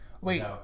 Wait